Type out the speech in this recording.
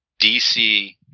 DC